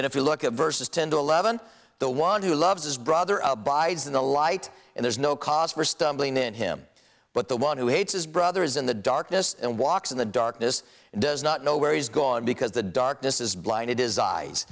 then if you look at verses ten to eleven the one who loves his brother abides in the light and there's no cause for stumbling in him but the one who hates his brother is in the darkness and walks in the darkness does not know where he's gone because the darkness is blind it is eyes